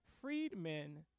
Freedmen